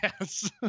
Yes